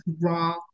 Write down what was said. raw